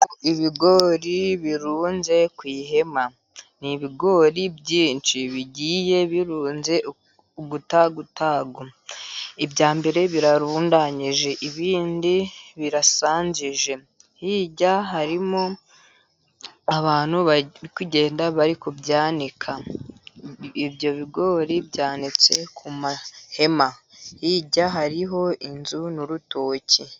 Ibigori birunze ku ihema. Ni ibigori byinshi bigiye birunze umutagutagu. Ibya mbere birarundanyije, ibindi birasanjije. Hirya harimo abantu bari kugenda bari ku byanika. Ibyo bigori byanitse ku mahema, hirya hariho inzu n'urutoki.